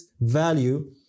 value